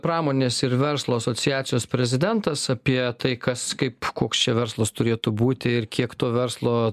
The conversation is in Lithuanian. pramonės ir verslo asociacijos prezidentas apie tai kas kaip koks čia verslas turėtų būti ir kiek to verslo